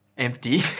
empty